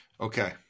Okay